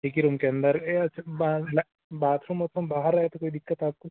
एक ही रूम के अंदर ए अच्छा बाथरूम ओथरूम बाहर रहे तो कोई दिक्कत आपको